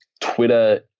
Twitter